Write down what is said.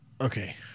okay